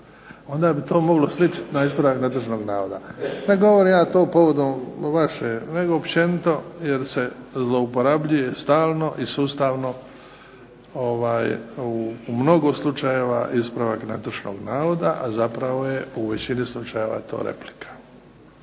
Onda bi to moglo sličiti na ispravak netočnog navoda. Ne govorim ja to povodom vaše nego općenito jer se zlouporabljuje stalno i sustavno u mnogo slučajeva ispravak netočnog navoda, a zapravo je u većini slučajeva to replika.